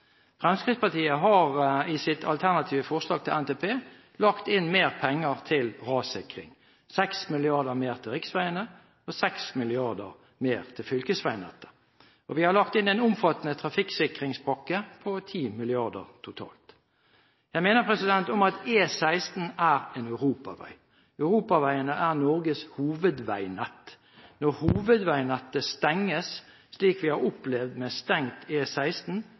Fremskrittspartiet har i sitt alternative forslag til NTP lagt inn mer penger til rassikring, 6 mrd. kr mer til riksveiene og 6 mrd. kr mer til fylkesveinettet. Og vi har lagt inn en omfattende trafikksikringspakke på 10. mrd. kr totalt. Jeg minner om at E16 er en europavei. Europaveiene er Norges hovedveinett. Når hovedveinettet stenges, slik vi har opplevd med stengt